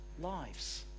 lives